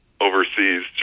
overseas